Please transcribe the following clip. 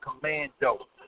commando